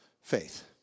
faith